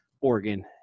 Oregon